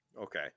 okay